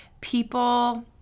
people